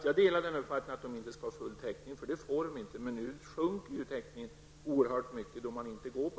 Jag delar uppfattningen att de inte skall ha full täckning, och det får de inte, men nu sjunker ju täckningen oerhört mycket när man inte går på